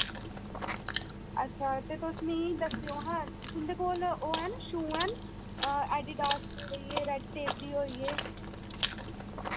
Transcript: अच्छा ते तुस मिगी दस्सेओ हां तुं'दे कोल ओह् हैन शू हैन एडिडास दे होई गे रैड टेप दे होई गे